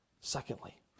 Secondly